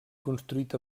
construït